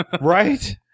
right